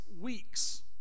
weeks